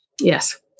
Yes